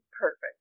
Perfect